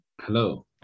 Hello